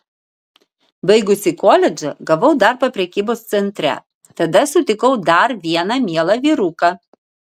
baigusi koledžą gavau darbą prekybos centre tada sutikau dar vieną mielą vyruką